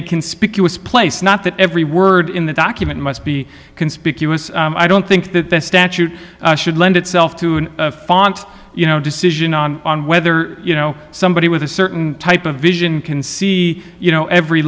a conspicuous place not that every word in the document must be conspicuous i don't think that the statute should lend itself to an font you know decision on on whether you know somebody with a certain type of vision can see you know every